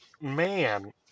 man